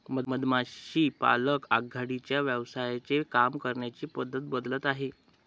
मधमाशी पालक आघाडीच्या व्यवसायांचे काम करण्याची पद्धत बदलत आहे